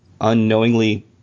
unknowingly